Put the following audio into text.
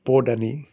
পদ আনি